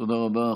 תודה רבה.